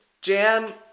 Jan